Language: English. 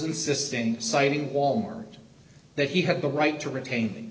insisting citing wal mart that he had the right to retain